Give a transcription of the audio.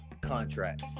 contract